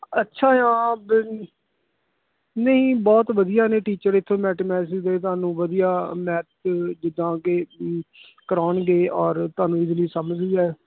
ਅੱਛਾ ਆ ਦੈਨ ਨਹੀਂ ਬਹੁਤ ਵਧੀਆ ਨੇ ਟੀਚਰ ਇੱਥੋਂ ਮੈਥੇਮੈਟਿਕਸ ਦੇ ਤੁਹਾਨੂੰ ਵਧੀਆ ਮੈਥ ਦੇ ਜਿੱਦਾਂ ਕਿ ਕਰਾਉਣਗੇ ਔਰ ਤੁਹਾਨੂੰ ਇਜੀਲੀ ਸਮਝ ਵੀ